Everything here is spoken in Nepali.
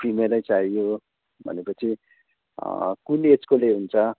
फिमेलै चाहियो भनेपछि कुन एजकोले हुन्छ